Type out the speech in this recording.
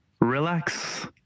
relax